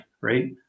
right